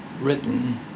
written